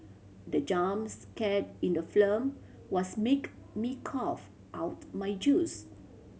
the jump scare in the film was make me cough out my juice